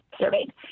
surveyed